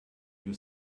you